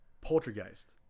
Poltergeist